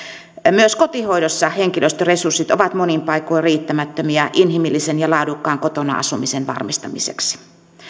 myös kotihoidossa henkilöstöresurssit ovat monin paikoin riittämättömiä inhimillisen ja laadukkaan kotona asumisen varmistamiseksi